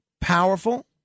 Powerful